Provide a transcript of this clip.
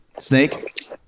Snake